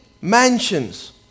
mansions